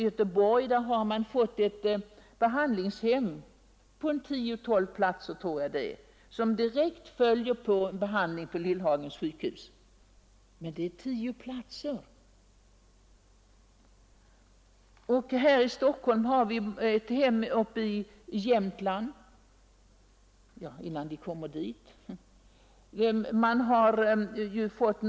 I Göteborg har man sålunda fått ett behandlingshem med tio tolv platser, om jag minns rätt, och behandlingen där följer direkt på behandlingen vid Lillhagens sjukhus. För narkomanerna i Stockholm finns det ett hem uppe i Jämtland — men vad händer innan de kommer dit?